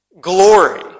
glory